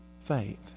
faith